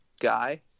guy